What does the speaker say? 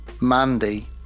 Mandy